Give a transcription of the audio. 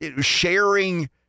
sharing